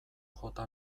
jota